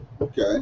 Okay